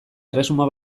erresuma